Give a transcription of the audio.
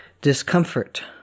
discomfort